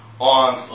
on